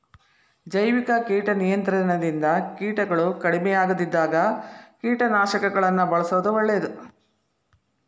ಜೈವಿಕ ಕೇಟ ನಿಯಂತ್ರಣದಿಂದ ಕೇಟಗಳು ಕಡಿಮಿಯಾಗದಿದ್ದಾಗ ಕೇಟನಾಶಕಗಳನ್ನ ಬಳ್ಸೋದು ಒಳ್ಳೇದು